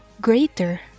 greater